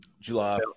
July